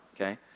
okay